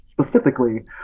Specifically